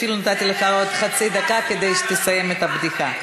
אפילו נתתי לך עוד חצי דקה כדי שתסיים את הבדיחה.